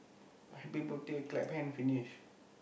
happy birthday clap hand finish